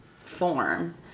form